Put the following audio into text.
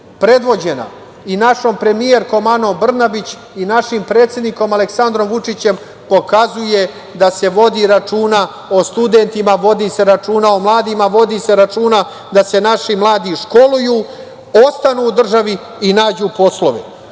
predvođena i našoj premijerkom Anom Brnabić i našim predsednikom Aleksandrom Vučićem, pokazuje da se vodi računa o studentima, vodi se računa o mladima, vodi se računa da se naši mladi školuju, ostanu u državi i nađu poslove. Želim